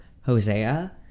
Hosea